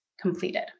completed